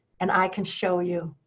and i can show you.